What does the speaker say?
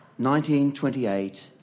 1928